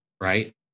right